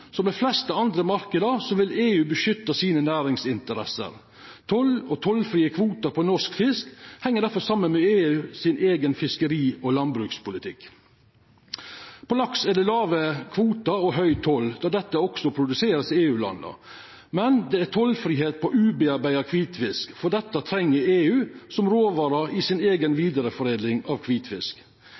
Som dei fleste andre marknader vil EU verna næringsinteressene sine. Toll og tollfrie kvotar på norsk fisk heng difor saman med EU sin eigen fiskeri- og landbrukspolitikk. For laks er det låge kvotar og høg toll, då dette òg vert produsert i EU-landa, men det er tollfridom for kvitfisk som ikkje er tillaga, for dette treng EU som råvare i vidareforedling av kvitfisk.